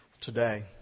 today